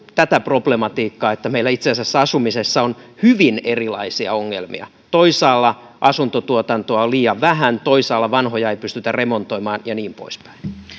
tätä problematiikkaa pohdittu että meillä itse asiassa asumisessa on hyvin erilaisia ongelmia toisaalla asuntotuotantoa on liian vähän toisaalla vanhoja ei pystytä remontoimaan ja niin poispäin